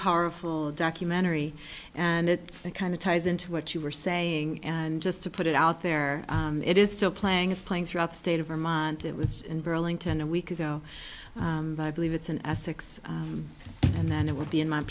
powerful documentary and it kind of ties into what you were saying and just to put it out there it is still playing it's playing throughout the state of vermont it was in burlington a week ago i believe it's in essex and then it will be in my